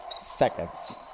seconds